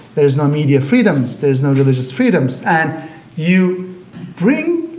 there is no media freedoms, there is no religious freedoms, and you bring